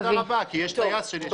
תודה רבה, כי יש טייס שנעצר.